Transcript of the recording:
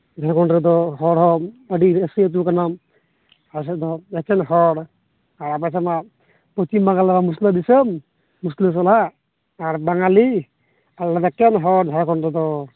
ᱡᱷᱟᱲᱠᱷᱚᱱ ᱨᱮᱫᱚ ᱦᱚᱲ ᱦᱚᱸ ᱟᱹᱰᱤ ᱨᱟᱹᱥᱤ ᱟᱹᱛᱩ ᱠᱟᱱᱟ ᱟᱞᱮ ᱥᱮᱫ ᱫᱚ ᱮᱠᱮᱱ ᱦᱚᱲ ᱟᱨ ᱟᱯᱮ ᱥᱮᱫᱢᱟ ᱯᱚᱪᱷᱤᱢ ᱵᱟᱝᱞᱟ ᱢᱩᱥᱞᱟᱹ ᱫᱤᱥᱚᱢ ᱢᱩᱥᱞᱟᱹ ᱥᱟᱞᱟᱜ ᱟᱨ ᱵᱟᱝᱟᱞᱤ ᱟᱨ ᱟᱞᱮᱫᱚ ᱮᱠᱮᱱ ᱦᱚᱲ ᱡᱷᱟᱲᱠᱷᱚᱱ ᱨᱮᱫᱚ